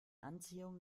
anziehung